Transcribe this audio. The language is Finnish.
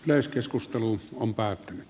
jos keskustelu on päättynyt